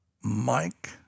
Mike